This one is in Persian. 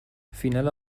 فینال